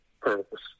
purpose